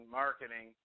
marketing